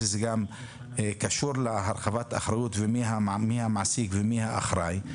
גם קשור להרחבת אחריות ומי המעסיק ומי האחראי.